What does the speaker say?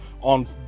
on